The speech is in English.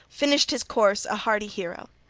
finished his course a hardy hero.